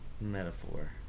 Metaphor